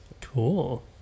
Cool